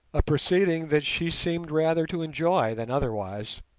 a proceeding that she seemed rather to enjoy than otherwise.